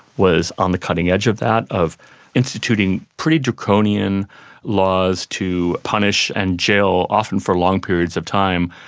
was on the cutting edge of that, of instituting pretty draconian laws to punish and jail, often for long periods of time,